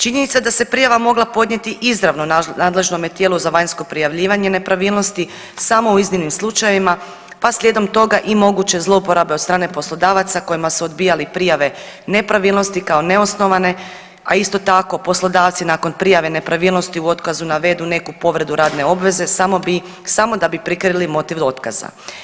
Činjenica da se prijava mogla podnijeti izravno nadležnome tijelu za vanjsko prijavljivanje nepravilnosti samo u iznimnim slučajevima, pa slijedom toga i moguće zlouporabe od strane poslodavaca kojima su odbijali prijave nepravilnosti kao neosnovane, a isto tako poslodavci nakon prijave nepravilnosti u otkazu navedu neku povredu radne obveze samo da bi prikrili motiv otkaza.